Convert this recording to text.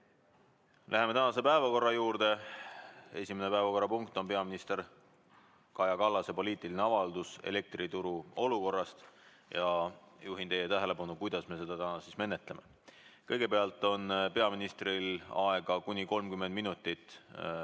Läheme tänase päevakorra juurde. Esimene päevakorrapunkt on peaminister Kaja Kallase poliitiline avaldus elektrituru olukorrast. Juhin teie tähelepanu sellele, kuidas me seda menetleme. Kõigepealt on peaministril avalduse tegemiseks aega